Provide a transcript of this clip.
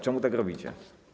Czemu tak robicie?